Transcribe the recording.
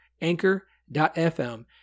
anchor.fm